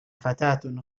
فتاة